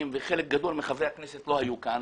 וחלק גדול מחברי הכנסת לא היו כאן,